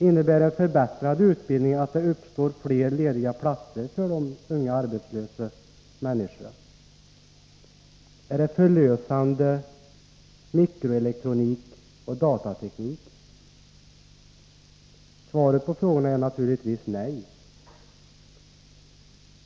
Innebär förbättrad utbildning att det uppstår fler lediga platser för de unga arbetslösa människorna? Är mikroelektronik och datateknik förlösande? Svaret på frågorna är naturligtvis: Nej.